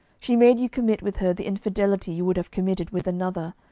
she made you commit with her the infidelity you would have committed with another,